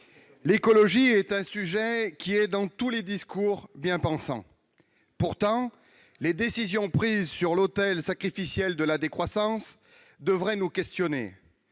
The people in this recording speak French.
l'écologie est présent dans tous les discours bien-pensants. Pourtant, les décisions prises sur l'autel sacrificiel de la décroissance devraient nous questionner.